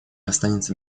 останется